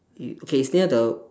okay it's near the